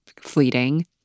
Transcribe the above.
fleeting